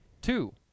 Two